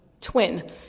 twin